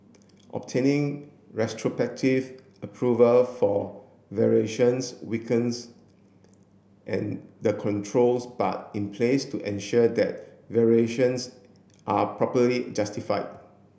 obtaining retrospective approval for variations weakens an the controls but in place to ensure that variations are properly justified